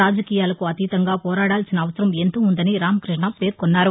రాజకీయాలకు అతీతంగా పోరాడాల్సిన అవసరం ఎంతో ఉందని రామక్బష్ణ తెలిపారు